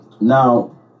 Now